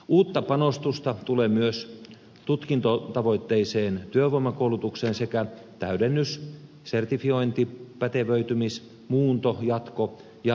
uutta panostusta tulee myös tutkintotavoitteiseen työvoimakoulutukseen sekä täydennys sertifiointi pätevöitymis muunto jatko ja täydennyskoulutukseen